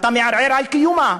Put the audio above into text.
אתה מערער על קיומה.